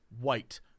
white